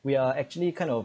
we are actually kind of